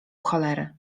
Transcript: cholery